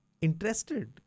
interested